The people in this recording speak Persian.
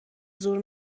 زور